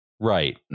Right